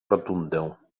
rotundę